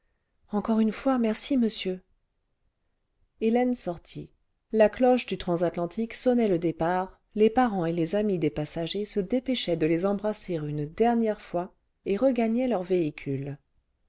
encore une fois merci monsieur hélène sortit la cloche du transatlantique sonnait le départ les le vingtième siècle parents et les amis des passagers se dépêchaient de les embrasser une dernière fois et regagnaient leurs véhicules